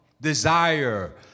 Desire